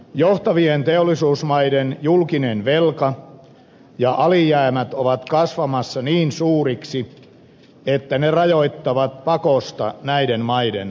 johtavien teollisuusmaiden julkinen velka ja alijäämät ovat kasvamassa niin suuriksi että ne rajoittavat pakosta näiden maiden talouskasvua